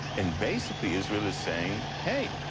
and basically, israel is saying hey,